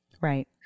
right